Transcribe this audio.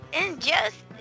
Injustice